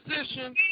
position